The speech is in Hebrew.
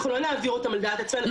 אנחנו לא נעביר אותם על דעת עצמנו.